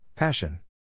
Passion